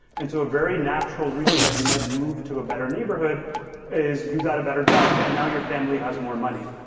and so a very natural reason that you might move to a better neighborhood is you got a better job and now your family has more money.